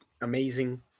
amazing